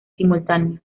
simultánea